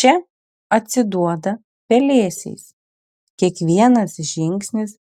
čia atsiduoda pelėsiais kiekvienas žingsnis